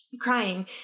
crying